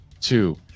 Two